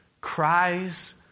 cries